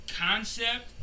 concept